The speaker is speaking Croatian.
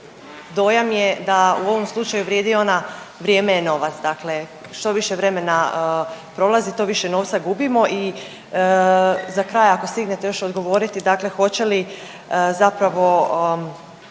dojam je da u ovom slučaju vrijedi ona, vrijeme je novac. Dakle, što više vremena prolazi to više novca gubimo i za kraj ako stignete još odgovoriti dakle hoće li zapravo